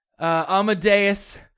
Amadeus